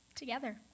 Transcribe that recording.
together